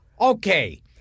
Okay